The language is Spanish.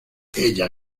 ella